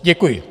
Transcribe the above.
Děkuji.